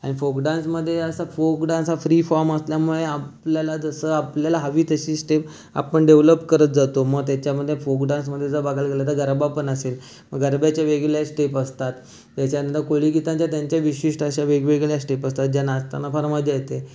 आणि फोक डान्समध्ये असं फोक डान्स हा फ्री फॉर्म असल्यामुळे आपल्याला जसं आपल्याला हवी तशी स्टेप आपण डेव्हलप करत जातो मग त्याच्यामध्ये फोक डान्समध्ये बघायला गेलं तर गरबा पण असेल मग गरब्याच्या वेगळ्या स्टेप असतात त्याच्यानंतर कोळी गीतांच्या त्यांच्या विशिष्ट अशा वेगवेगळ्या स्टेप असतात ज्या नाचताना फार मजा येते